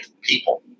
people